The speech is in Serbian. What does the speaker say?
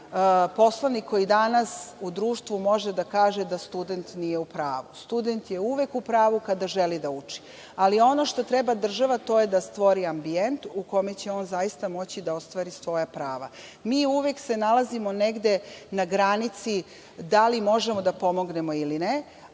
Poslovnik koji danas u društvu može da kaže student nije u pravu. Student je uvek u pravu kada želi da uči. Ali, ono što treba država, to je da stvori ambijent u kome će on zaista moći da ostvari svoja prava. Mi se uvek nalazimo negde na granici da li možemo da pomognemo ili ne?